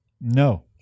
No